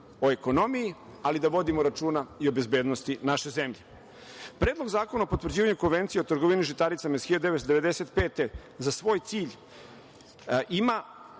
o ekonomiji, ali da vodimo računa i o bezbednosti naše zemlje. Predlog zakona o potvrđivanju Konvencije o trgovini žitaricama iz 1995. godine za svoj cilj ima